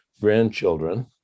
grandchildren